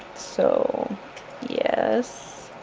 so yes,